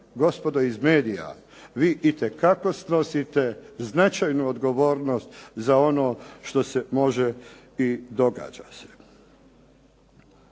gospodo iz medija, vi itekako snosite značajnu odgovornost za ono što se može i događa se.